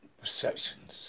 Perceptions